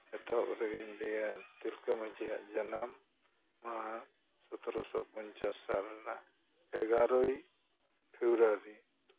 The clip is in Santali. ᱮᱛᱚᱦᱚᱵ ᱨᱮᱜᱤᱧ ᱞᱟᱹᱭᱟ ᱛᱤᱞᱠᱟᱹ ᱢᱟᱹᱡᱷᱤᱭᱟᱜ ᱡᱟᱱᱟᱢ ᱢᱟᱦᱟ ᱥᱚᱛᱨᱚᱥᱚ ᱯᱚᱧᱪᱟᱥ ᱥᱟᱞ ᱨᱮᱱᱟᱜ ᱮᱜᱟᱨᱳᱭ ᱯᱷᱮᱵᱽᱨᱩᱣᱟᱨᱤ